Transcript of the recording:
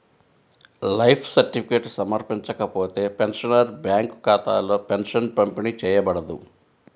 life certificate సమర్పించకపోతే, pensioner bank ఖాతాలో pension పంపిణీ చేయబడదు